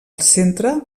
centre